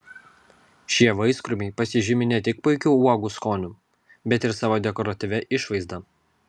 šie vaiskrūmiai pasižymi ne tik puikiu uogų skoniu bet ir savo dekoratyvia išvaizda